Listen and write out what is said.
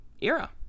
era